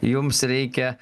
jums reikia